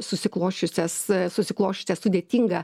susiklosčiusias susiklosčiusią sudėtingą